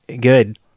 good